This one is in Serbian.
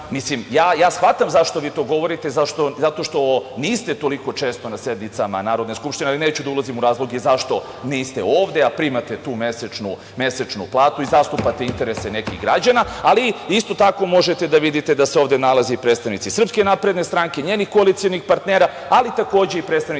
Ja shvatam zašto vi to govorite. Zato što niste toliko često na sednicama Narodne skupštine, ali neću da ulazim u razloge zašto niste ovde, a primate tu mesečnu platu i zastupate interese nekih građana, ali isto tako možete da vidite da se ovde nalaze predstavnici SNS i njenih koalicionih partnera, ali i takođe predstavnici